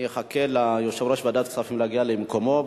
אני אחכה ליושב-ראש וועדת הכספים שיגיע למקומו.